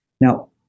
Now